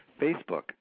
Facebook